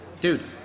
dude